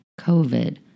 COVID